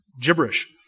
gibberish